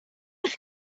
eich